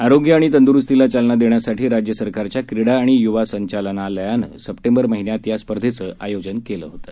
आरोग्य आणि तंदुरुस्तीला चालना देण्यासाठी राज्य सरकारच्या क्रीडा आणि युवा संचालनालयानं सप्टेंबर महिन्यात या स्पर्धेचं आयोजन केलं होतं